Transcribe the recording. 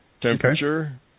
temperature